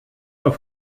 auf